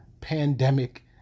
pandemic